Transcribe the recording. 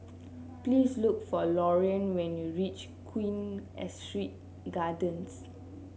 please look for Laureen when you reach Queen Astrid Gardens